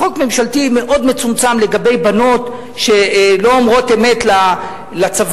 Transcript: חוק ממשלתי מאוד מצומצם לגבי בנות שלא אומרות אמת לצבא,